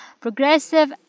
progressive